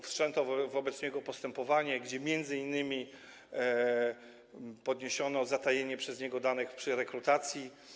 Wszczęto wobec niego postępowanie, gdzie m.in. podniesiono zatajenie przez niego danych w trakcie rekrutacji.